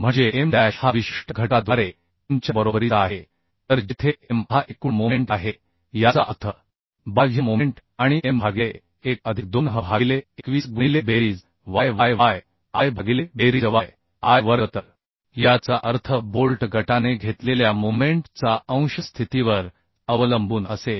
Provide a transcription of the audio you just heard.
म्हणजे M dash हा विशिष्ट घटकाद्वारे Mच्या बरोबरीचा आहे तर जेथे M हा एकूण मोमेंट आहे याचा अर्थ बाह्य मोमेंट आणि M भागिले 1 अधिक 2h भागिले 21 गुणिले बेरीज yy yi भागिले बेरीज yi वर्ग तर याचा अर्थ बोल्ट गटाने घेतलेल्या मोमेंट चा अंश स्थितीवर अवलंबून असेल